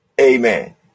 Amen